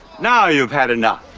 now you've had enough.